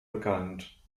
bekannt